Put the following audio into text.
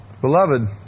Beloved